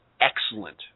excellent